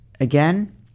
Again